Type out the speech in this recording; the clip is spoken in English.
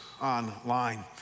online